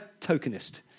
tokenist